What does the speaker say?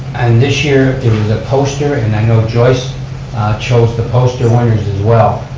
and this year it was a poster, and i know joyce chose the poster winners as well.